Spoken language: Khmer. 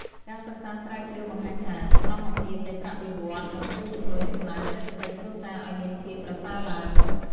ការសិក្សាស្រាវជ្រាវបង្ហាញថា សមភាពនៃប្រាក់បៀវត្សរ៍នឹងជួយជម្រុញកំណើនសេដ្ឋកិច្ចគ្រួសារឱ្យមានភាពប្រសើរឡើង។